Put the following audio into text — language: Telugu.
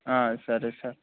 సరే సార్